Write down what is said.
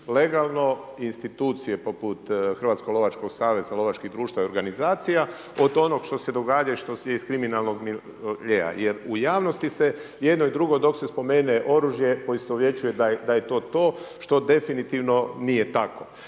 legalno i institucije poput Hrvatskog lovačkog saveza, lovačkih društava i organizacija od onog što se događa i što je iz kriminalnog miljea. Jer u javnosti se jedno i drugo dok se spomene oružje poistovjećuje da je to to što definitivno nije tako.